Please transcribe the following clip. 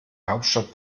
hauptstadt